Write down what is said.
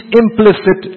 implicit